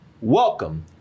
welcome